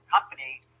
company